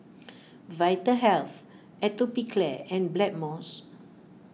Vitahealth Atopiclair and Blackmores